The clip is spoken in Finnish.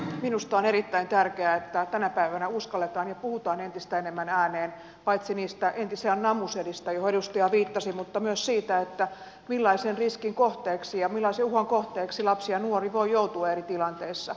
minusta on erittäin tärkeää että tänä päivänä uskalletaan puhua entistä enemmän ääneen paitsi niistä entisajan namusedistä joihin edustaja viittasi myös siitä millaisen riskin kohteeksi ja millaisen uhan kohteeksi lapsi ja nuori voi joutua eri tilanteissa